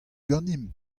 ganimp